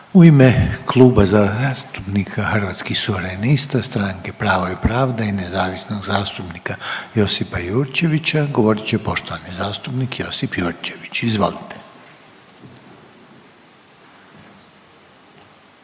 U ime Kluba zastupnika Hrvatskih suverenista, stranke Pravo i pravda i nezavisnog zastupnika Josipa Jurčevića govorit će poštovani zastupnik Josip Jurčević. Izvolite.